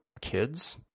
kids